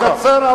קצר?